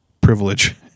privilege